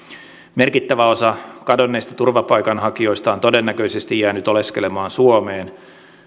merkittävä osa kadonneista turvapaikanhakijoista on todennäköisesti jäänyt oleskelemaan suomeen